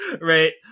right